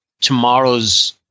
tomorrow's